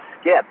skip